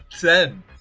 Ten